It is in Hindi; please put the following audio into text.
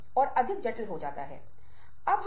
तो एक अच्छा श्रोता कैसे बनें